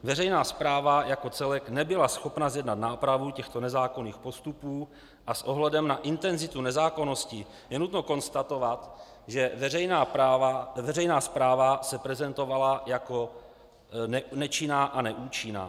Veřejná správa jako celek nebyla schopna zjednat nápravu těchto nezákonných postupů a s ohledem na intenzitu nezákonností je nutno konstatovat, že veřejná správa se prezentovala jako nečinná a neúčinná.